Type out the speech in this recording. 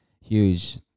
huge